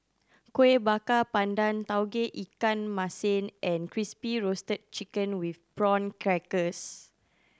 Kueh Bakar Pandan Tauge Ikan Masin and Crispy Roasted Chicken with Prawn Crackers